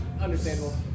Understandable